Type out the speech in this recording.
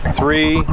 three